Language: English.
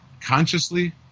Consciously